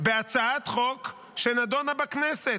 בהצעת חוק שנדונה בכנסת.